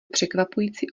překvapující